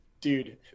dude